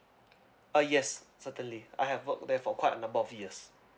uh yes certainly I have worked there for quite a number of years